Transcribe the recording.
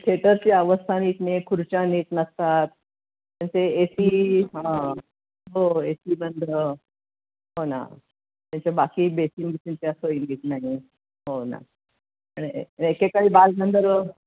थेटरची अवस्था नीट नाही आहे खुर्च्या नीट नसतात त्यांचे ए सी हां हो ए सी बंद हो हो ना त्यांच्या बाकी बेसिंन बिसीनच्या सोई नाही आहेत हो ना आणि एकेकाळी बालगंधर्व